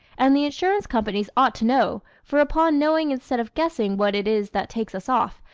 and the insurance companies ought to know, for upon knowing instead of guessing what it is that takes us off,